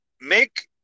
make